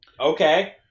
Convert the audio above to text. Okay